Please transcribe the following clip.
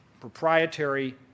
Proprietary